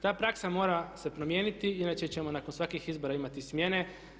Ta praksa mora se promijeniti inače ćemo nakon svakih izbora imati smjene.